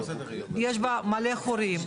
יש בה מלא חורים.